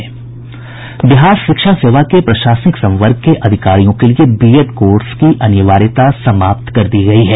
बिहार शिक्षा सेवा के प्रशासनिक संवर्ग के अधिकारियों के लिए बीएड कोर्स की अनिवार्यता समाप्त कर दी गयी है